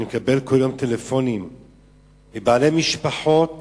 אני מקבל כל יום טלפונים מבעלי משפחות